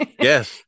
Yes